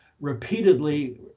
repeatedly